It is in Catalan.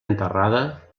enterrada